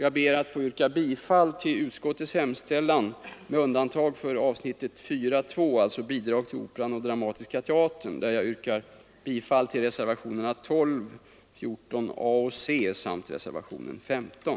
Jag ber att få yrka bifall till vad utskottet hemställt med undantag för avsnittet 4.2, Bidrag till Operan och Dramatiska teatern, där jag yrkar bifall till reservationerna 12, 14 a och c och 15.